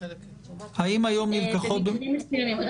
במקרים מסוימים.